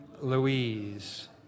Louise